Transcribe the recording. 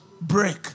break